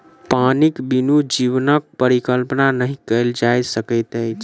पानिक बिनु जीवनक परिकल्पना नहि कयल जा सकैत अछि